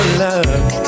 love